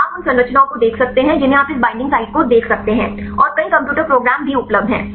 तो आप उन संरचनाओं को देख सकते हैं जिन्हें आप इस बईंडिंग साइट को देख सकते हैं और कई कंप्यूटर प्रोग्राम भी उपलब्ध हैं